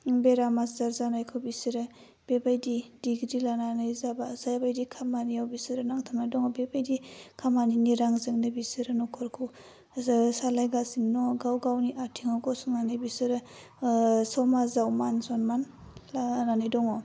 बेराम आजार जानायखौ बिसोरो बेबायदि डिग्रि लानानै जाबा जायबायदि खामानियाव बिसोरो नांथाबनानै दङ बेबायदि खामानिनि रांजोंनो बिसोरो नख'रखौ मोजाङै सालायगासिनो दङ गाव गावनि आथिङाव गसंनानै बिसोरो समाजाव मान सन्मान लानानै दङ